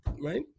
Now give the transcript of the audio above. Right